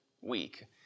Week